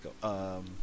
go